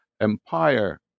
Empire